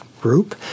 group